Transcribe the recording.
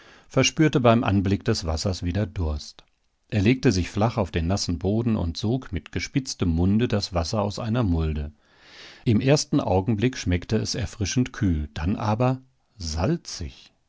verspürte beim anblick des wassers wieder durst er legte sich flach auf den nassen boden und sog mit gespitztem munde das wasser aus einer mulde im ersten augenblick schmeckte es erfrischend kühl dann aber salzig